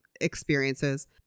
experiences